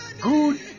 good